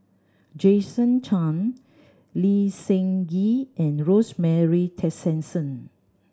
Jason Chan Lee Seng Gee and Rosemary Tessensohn